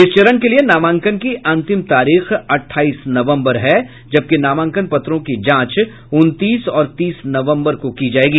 इस चरण के लिए नामांकन की अंतिम तारीख अठाईस नवम्बर है जबकि नामांकन पत्रों की जांच उनतीस और तीस नवम्बर को की जायेगी